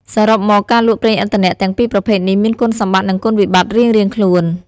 សរុបមក ការលក់ប្រេងឥន្ធនៈទាំងពីរប្រភេទនេះមានគុណសម្បត្តិនិងគុណវិបត្តិរៀងៗខ្លួន។